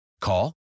Call